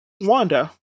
wanda